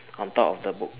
on top of the book